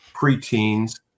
preteens